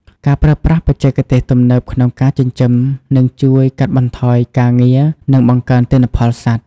ការប្រើប្រាស់បច្ចេកទេសទំនើបក្នុងការចិញ្ចឹមនឹងជួយកាត់បន្ថយការងារនិងបង្កើនទិន្នផលសត្វ។